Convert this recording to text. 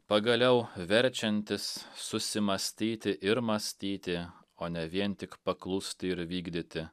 pagaliau verčiantys susimąstyti ir mąstyti o ne vien tik paklūsti ir vykdyti